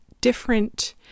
different